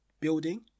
building